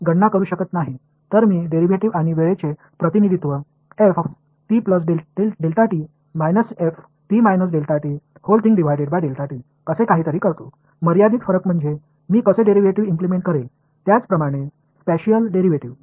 तर मी डेरिव्हेटिव्ह आणि वेळेचे प्रतिनिधित्व असे काहीतरी करतो मर्यादीत फरक म्हणजे मी कसे डेरिव्हेटिव्ह इम्प्लिमेंट करेल त्याचप्रमाणे स्पशीअल डेरिव्हेटिव्ह